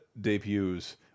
debuts